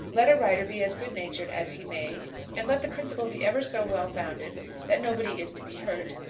let a writer be as good-natured as he may and let the principle be ever so well-founded that nobody is to be hurt,